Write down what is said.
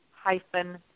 hyphen